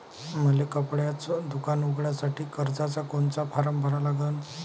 मले कपड्याच दुकान उघडासाठी कर्जाचा कोनचा फारम भरा लागन?